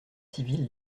civile